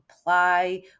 apply